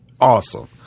awesome